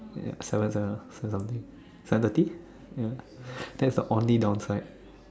ya seven seven seven something seven thirty ya that's the only downside